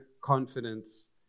confidence